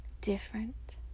different